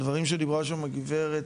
הדברים שדיברה שם הגברת,